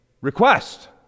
request